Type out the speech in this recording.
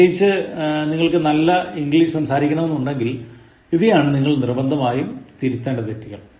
പ്രത്യേകിച്ച് നിങ്ങൾക്ക് നല്ല ഇംഗ്ലീഷ് സംസാരിക്കണമെന്നുണ്ടെങ്കിൽ ഇതാണ് നിങ്ങൾ നിർബന്ധംമയും തിരുത്തേണ്ട തെറ്റുകൾ